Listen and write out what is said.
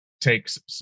takes